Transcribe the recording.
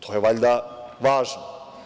To je valjda važno.